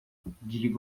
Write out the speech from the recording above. diga